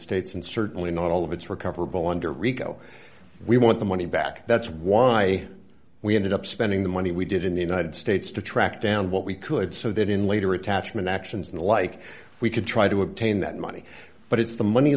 states and certainly not all of it's recoverable under rico we want the money back that's why we ended up spending the money we did in the united states to track down what we could so that in later attachment actions and the like we could try to obtain that money but it's the money